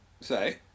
Say